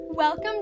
Welcome